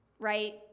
right